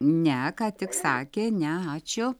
ne ką tik sakė ne ačiū